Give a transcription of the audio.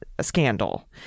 scandal